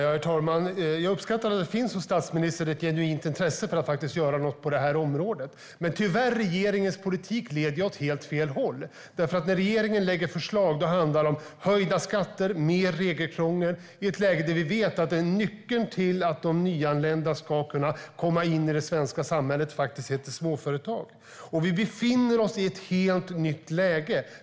Herr talman! Jag uppskattar att det hos statsministern finns ett genuint intresse för att göra något på det här området, men tyvärr går regeringens politik åt helt fel håll. När regeringen lägger fram förslag handlar det om höjda skatter och mer regelkrångel i ett läge där vi vet att nyckeln till att de nyanlända ska komma in i det svenska samhället heter småföretag. Vi befinner oss i ett helt nytt läge.